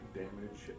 damage